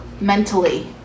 mentally